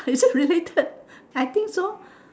is it related I think so